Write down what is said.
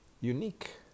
unique